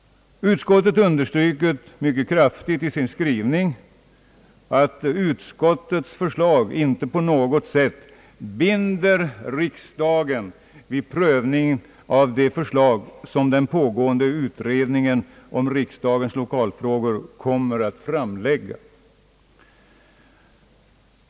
Utskottet understryker mycket kraftigt i sin skrivning, att utskottets förslag inte på något sätt binder riksdagen vid prövningen av de förslag som den pågående utredningen om riksdagens lokalfrågor kommer att framlägga.